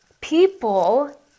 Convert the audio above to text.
people